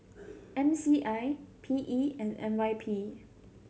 M C I P E and N Y P